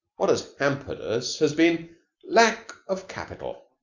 what has hampered us has been lack of capital.